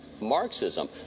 Marxism